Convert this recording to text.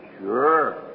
Sure